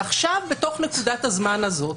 ועכשיו בנקודת הזמן הזאת,